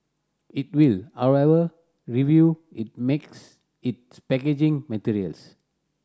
it will however review it makes its packaging materials